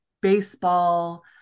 baseball